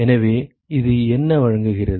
எனவே இது என்ன வழங்குகிறது